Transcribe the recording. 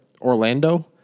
Orlando